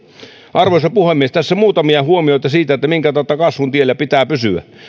arvoisa puhemies tässä muutamia huomioita siitä minkä tautta kasvun tiellä pitää pysyä